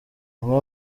umwe